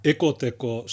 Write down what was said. Ekoteko